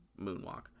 moonwalk